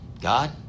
god